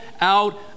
out